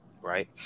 right